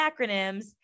acronyms